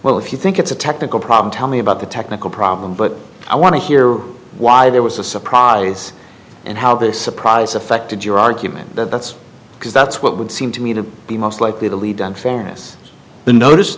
well if you think it's a technical problem tell me about the technical problem but i want to hear why there was a surprise and how this surprise affected your argument that's because that's what would seem to me to be most likely to lead on famous the notice